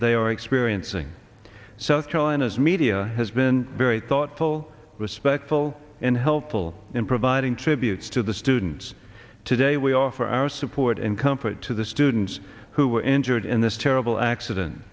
they are experiencing so china's media has been very thoughtful respectful and helpful in providing tributes to the students today we offer our support and comfort to the students who were injured in this terrible accident